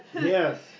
Yes